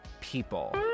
people